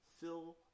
Fill